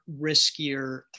riskier